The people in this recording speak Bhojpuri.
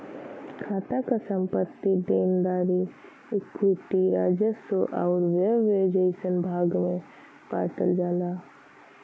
खाता क संपत्ति, देनदारी, इक्विटी, राजस्व आउर व्यय जइसन भाग में बांटल जाला